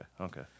okay